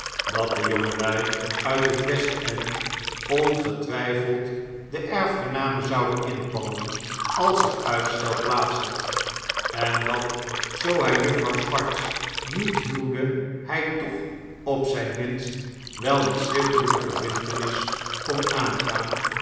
dat de jongelui uit het west end ongetwijfeld de erfgename zouden inpalmen als er uitstel plaats had en dat zoo hij juffrouw swartz niet huwde hij toch op zijn minst wel een schriftelijke verbintenis kon aangaan